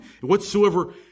Whatsoever